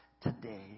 today